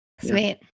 Sweet